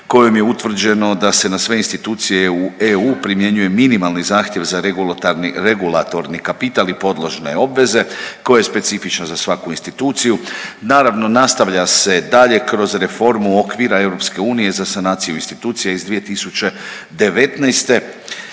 kojom je utvrđeno da se na sve institucije u EU primjenjuje minimalni zahtjev za regulatorni kapital i podložne obveze koje je specifično za svaku instituciju. Naravno, nastavlja se dalje kroz reformu okvira EU za sanaciju institucija iz 2019.